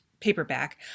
paperback